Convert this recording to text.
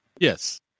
Yes